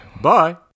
Bye